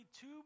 two